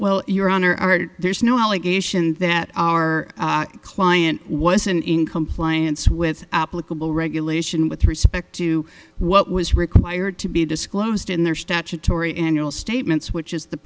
well your honor i did there's no allegation that our client wasn't in compliance with applicable regulation with respect to what was required to be disclosed in their statutory annual statements which is the